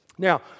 Now